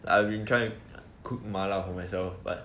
I have been trying to cook mala for myself but